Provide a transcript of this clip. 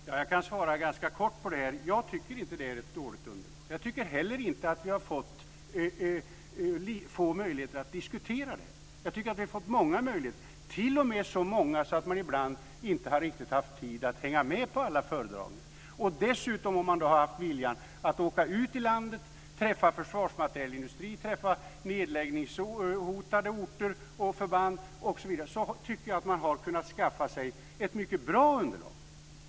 Fru talman! Jag kan svara ganska kort. Jag tycker inte att det är ett dåligt underlag. Jag tycker heller inte att vi har fått få möjligheter att diskutera det. Jag tycker att vi har fått många möjligheter, t.o.m. så många att vi ibland inte riktigt har haft tid att hänga med på alla föredragningar. Den som dessutom har haft viljan att åka ut i landet för att träffa försvarsmaterielindustri, nedläggningshotade förband på olika orter osv. har kunnat skaffa sig ett mycket bra underlag.